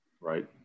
right